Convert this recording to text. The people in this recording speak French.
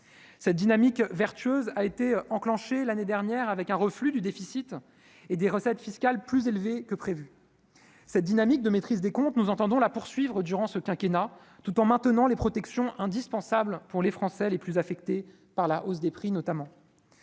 cette dynamique vertueuse a été enclenché l'année dernière avec un reflux du déficit et des recettes fiscales plus élevées que prévu cette dynamique de maîtrise des comptes nous entendons la poursuivre durant ce quinquennat tout en maintenant les protections indispensables pour les Français les plus affectés par la hausse des prix notamment,